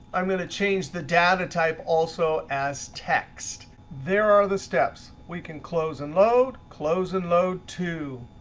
i'm going to change the data type also as text. there are the steps. we can close and load, close and load to.